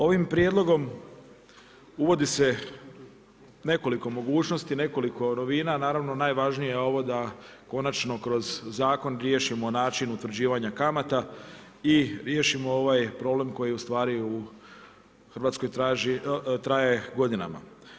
Ovim prijedlogom uvodi se nekoliko mogućnosti, nekoliko novina naravno najvažnije je ovo da konačno kroz zakon riješimo način utvrđivanja kamata i riješimo ovaj problem koji u Hrvatskoj traje godinama.